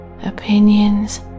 opinions